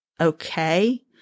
okay